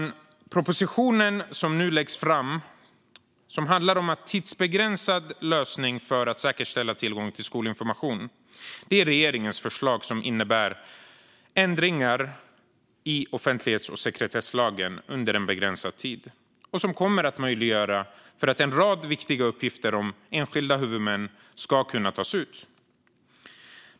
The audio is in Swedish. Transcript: Den proposition som nu läggs fram och som handlar om en tidsbegränsad lösning för att säkerställa tillgång till skolinformation är regeringens förslag till ändringar i offentlighets och sekretesslagen under en begränsad tid. Detta kommer att möjliggöra att en rad viktiga uppgifter om enskilda huvudmän kan tas ut.